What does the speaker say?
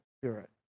Spirit